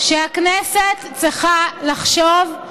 שהכנסת צריכה לחשוב.